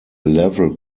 level